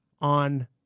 on